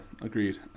agreed